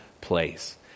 place